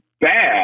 bad